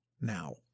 now